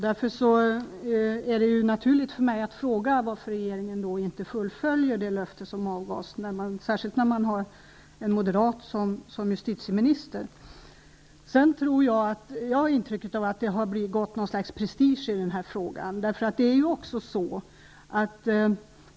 Därför är det naturligt för mig att fråga varför regeringen inte fullföljer det löfte som avgavs, särskilt med tanke på att man har en moderat som justitieminister. Jag har intrycket av att det har gått något slags prestige i den här frågan.